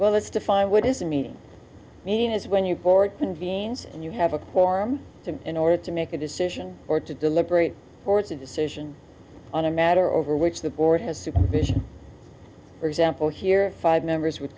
well let's define what is a meeting i mean is when you board convenes and you have a quorum to in order to make a decision or to deliberate or it's a decision on a matter over which the board has supervision for example here five members would